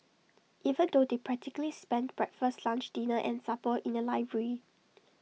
even though they practically spent breakfast lunch dinner and supper in the library